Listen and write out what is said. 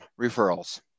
Referrals